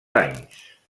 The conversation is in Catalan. anys